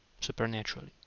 supernaturally